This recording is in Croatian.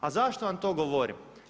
A zašto vam to govorim?